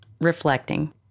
reflecting